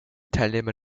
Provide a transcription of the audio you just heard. teilnehmer